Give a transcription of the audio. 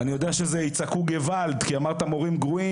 אני יודע שיצעקו גוואלד כי אני מדבר על מורים גרועים.